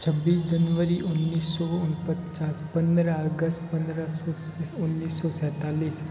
छब्बीस जनवरी उन्नीस सौ उन पचास पंद्रह अगस्त पंद्रह सौ उन्नीस सौ सैंतालीस